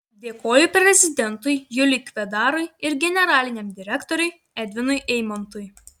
dėkoju prezidentui juliui kvedarui ir generaliniam direktoriui edvinui eimontui